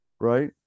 right